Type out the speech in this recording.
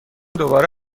دوباره